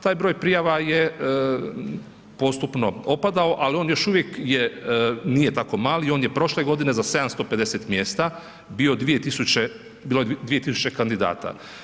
Taj broj prijava je postupno opadao, al on još uvijek je, nije tako mali on je prošle godine za 750 mjesta bio, bilo 2.000 kandidata.